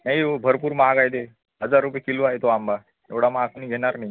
नाही हो भरपूर महाग आहे ते हजार रुपये किलो आहे तो आंबा एवढा महाग कुणी घेणार नाही